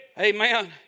Amen